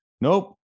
nope